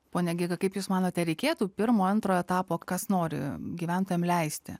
pone giga kaip jūs manote ar reikėtų pirmo antro etapo kas nori gyventojam leisti